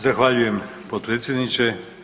Zahvaljujem potpredsjedniče.